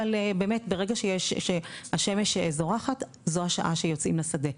אבל באמת ברגע שהשמש זורחת זו השעה שיוצאים לשדה.